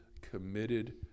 committed